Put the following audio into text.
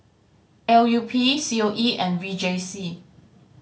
L U P C O E and V J C